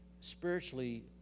spiritually